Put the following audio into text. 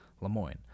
LeMoyne